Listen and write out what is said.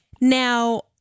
Now